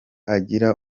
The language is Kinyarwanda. agira